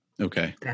Okay